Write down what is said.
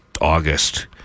August